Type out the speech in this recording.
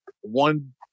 one